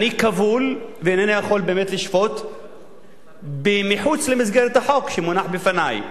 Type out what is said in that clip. אני כבול ואינני יכול באמת לשפוט מחוץ למסגרת החוק שמונח לפני.